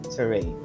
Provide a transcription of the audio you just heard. Sorry